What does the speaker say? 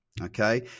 Okay